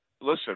listen